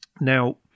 now